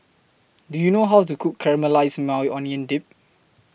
Do YOU know How to Cook Caramelized Maui Onion Dip